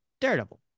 daredevil